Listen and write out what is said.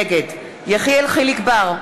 נגד יחיאל חיליק בר,